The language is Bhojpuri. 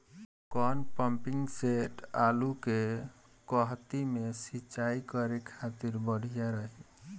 कौन पंपिंग सेट आलू के कहती मे सिचाई करे खातिर बढ़िया रही?